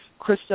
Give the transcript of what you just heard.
Krista